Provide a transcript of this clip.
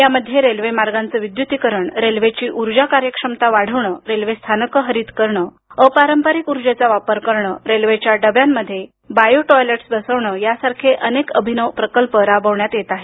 यामध्ये रेल्वे मार्गांचे विद्युतीकरण रेल्वेची ऊर्जा कार्यक्षमता वाढवणे रेल्वे स्थानकं हरीत करण अपारंपरिक ऊर्जेचा वापर करणं रेल्वेच्या डब्यांमध्ये बायो टॉयलेटस बसवणे यासारखे अनेक अभिनव प्रकल्प राबवले जात आहेत